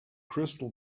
crystal